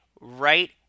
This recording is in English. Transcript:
Right